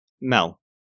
Mel